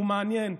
הוא מעניין,